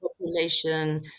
population